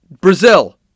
Brazil